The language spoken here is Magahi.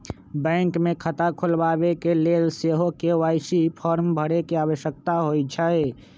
बैंक मे खता खोलबाबेके लेल सेहो के.वाई.सी फॉर्म भरे के आवश्यकता होइ छै